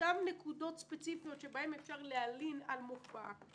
נקודות ספציפיות שבהן אפשר להלין על מופע,